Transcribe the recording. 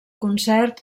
concert